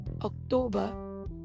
October